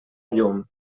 llum